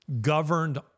governed